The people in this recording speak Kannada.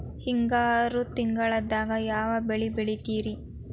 ಹಿಂಗಾರು ತಿಂಗಳದಾಗ ಯಾವ ಬೆಳೆ ಬೆಳಿತಿರಿ?